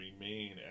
remain